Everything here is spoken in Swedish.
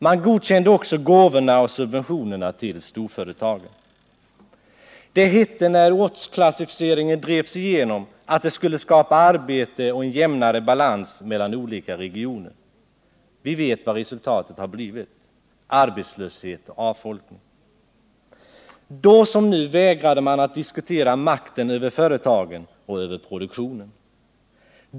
Man godkände också gåvorna och subventionerna till storföretagen. Det hette när ortsklassificeringen drevs igenom att den skulle skapa arbete och en jämnare balans mellan olika regioner. Vi vet vad resultatet har blivit: arbetslöshet och avfolkning. Då som nu vägrade man att diskutera makten över företagen och över produktionen.